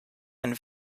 and